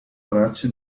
tracce